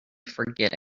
forget